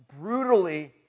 brutally